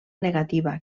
negativa